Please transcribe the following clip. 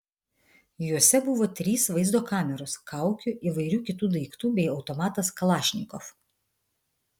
juose buvo trys vaizdo kameros kaukių įvairių kitų daiktų bei automatas kalašnikov